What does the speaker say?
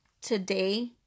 today